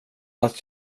att